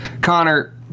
Connor